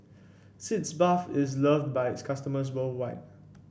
Sitz Bath is loved by its customers worldwide